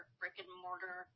brick-and-mortar